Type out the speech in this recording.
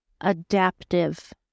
adaptive